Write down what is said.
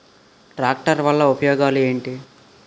Tractor వల్ల ఉపయోగాలు ఏంటీ?